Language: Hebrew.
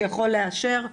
שיכול לאשר.